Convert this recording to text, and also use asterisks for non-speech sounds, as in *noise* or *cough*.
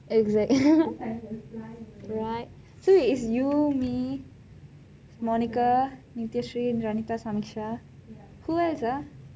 is it *laughs* what so is you me monica nityashree vanitha samyuksha who else ah